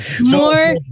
More